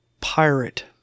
Pirate